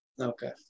Okay